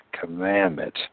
commandment